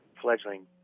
fledgling